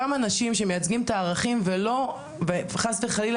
אותם אנשים שמייצגים את הערכים חס וחלילה